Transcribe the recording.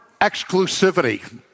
exclusivity